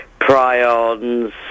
Prions